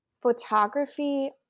photography